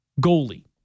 goalie